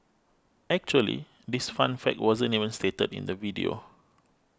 actually this fun fact wasn't even stated in the video